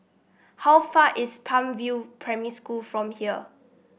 how far is Palm View Primary School from here